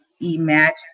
imagine